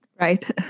Right